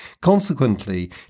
Consequently